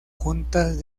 juntas